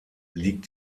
liegt